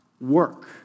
work